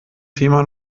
thema